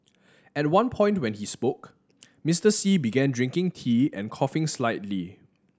at one point when he spoke Mister Xi began drinking tea and coughing slightly